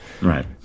Right